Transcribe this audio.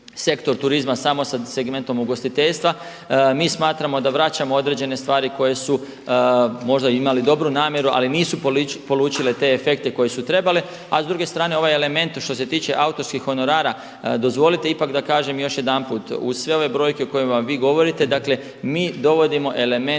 sektor turizma samo sa segmentom ugostiteljstva. Mi smatramo da vraćamo određene stvari koje su možda imale dobru namjeru ali nisu polučile te efekte koje su trebale. A s druge strane ovaj element što se tiče autorskih honorara, dozvolite ipak da kažem još jedanput uz sve ove brojke o kojima vi govorite, dakle mi dovodimo element